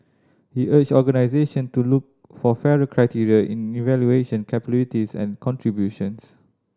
he urged organisation to look for fairer criteria in evaluation capabilities and contributions